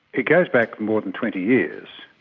it goes back more than twenty years.